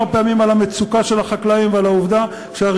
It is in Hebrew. כמה פעמים על המצוקה של החקלאים ועל העובדה שהרווחיות